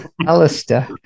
Alistair